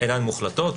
אינן מוחלטות.